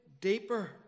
deeper